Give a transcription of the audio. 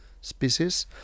species